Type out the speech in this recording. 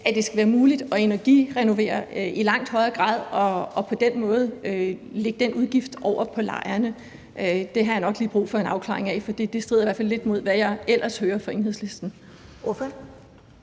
at det skal være muligt at energirenovere i langt højere grad og på den måde lægge den udgift over på lejerne. Det har jeg nok lige brug for en afklaring af, for det strider i hvert fald lidt imod, hvad jeg ellers hører fra Enhedslisten.